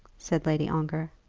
said lady ongar.